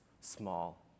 small